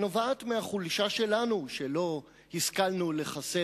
שנובעת מהחולשה שלנו שלא השכלנו לחסל